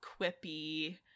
quippy